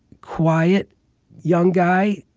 quiet young guy,